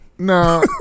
No